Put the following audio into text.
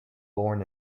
born